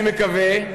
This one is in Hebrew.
אני מקווה,